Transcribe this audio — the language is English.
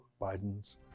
Biden's